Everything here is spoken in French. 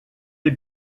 les